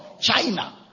China